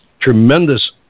tremendous